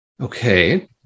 Okay